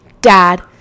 Dad